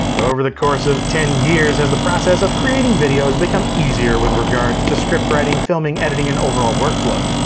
over the course of ten years, has the process of creating videos become easier with regards to script writing, filming, editing, and overall workflow?